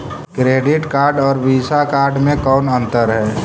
Credit card और Visa card मे कौन अन्तर है?